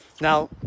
Now